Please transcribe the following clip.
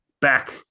back